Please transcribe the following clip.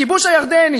הכיבוש הירדני,